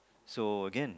so again